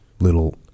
little